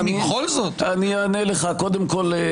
קודם כול,